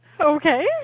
Okay